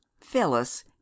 Phyllis